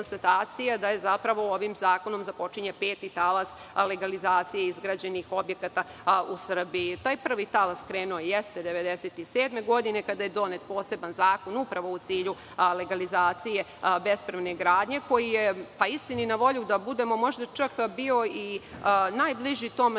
da zapravo ovim zakonom započinje peti talas legalizacije izgrađenih objekata u Srbiji. Prvi talas je krenuo 1997. godine, kada je donet poseban zakon, upravo u cilju legalizacije bespravne gradnje koji je, istini za volju, možda čak bio najbliži tom